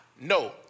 no